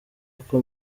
uko